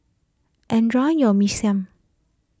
enjoy your Mee Siam